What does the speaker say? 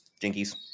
Jinkies